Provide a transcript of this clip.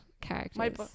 characters